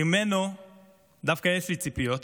ממנו דווקא יש לי ציפיות,